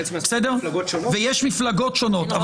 יש מפלגות שונות.